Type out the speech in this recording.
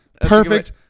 Perfect